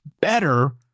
better